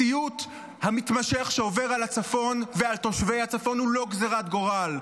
הסיוט המתמשך שעובר על הצפון ועל תושבי הצפון הוא לא גזרת גורל,